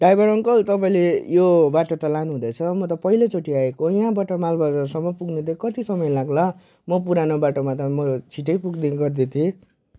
driver uncle तपाईँले यो बाटो त लानु हुँदैछ म त पहिलो चोटि आएको यहाँबाट माल बजारसम्म पुग्न त कति समय लाग्ला म पुरानो बाटोमा त म छिटै पुग्ने गर्दै थिएँ